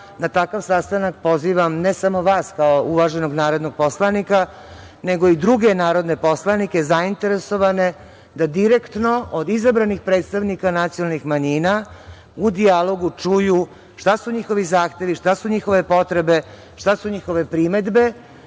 na takav sastanak pozivam ne samo vas kao uvaženog narodnog poslanika, nego i druge narodne poslanike zainteresovane da direktno od izabranih predstavnika nacionalnih manjina u dijalogu čuju šta su njihovi zahtevi, šta su njihove potrebe, šta su njihove primedbe